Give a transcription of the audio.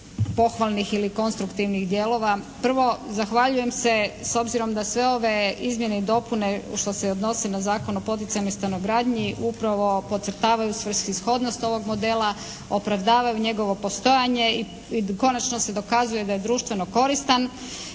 pohvalnih ili konstruktivnih dijelova. Prvo zahvaljujem se s obzirom da sve ove izmjene i dopune u što se odnosi na Zakon o poticajnoj stanogradnji upravo podcrtavaju svrsishodnost ovog modela, opravdavam njegovo postojanje i konačno se dokazuje da je društveno koristan